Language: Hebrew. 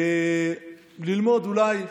וללמוד אולי,